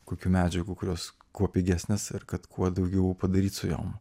kokių medžiagų kurios kuo pigesnės ir kad kuo daugiau padaryt su jom